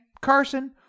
Carson